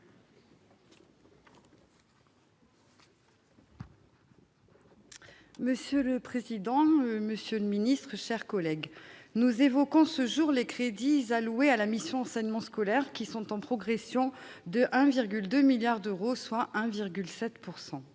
Monsieur le président, monsieur le ministre, mes chers collègues, nous évoquons ce jour les crédits alloués à la mission « Enseignement scolaire », en progression de 1,2 milliard d'euros, soit 1,7 %.